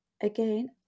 Again